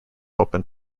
open